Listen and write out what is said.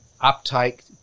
uptake